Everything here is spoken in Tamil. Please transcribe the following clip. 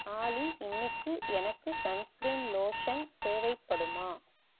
ஆலி இன்னைக்கு எனக்கு சன் ஸ்கிரீன் லோஷன் தேவைப்படுமா